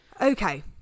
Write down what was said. Okay